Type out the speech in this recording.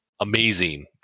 amazing